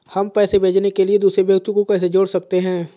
हम पैसे भेजने के लिए दूसरे व्यक्ति को कैसे जोड़ सकते हैं?